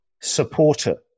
supporter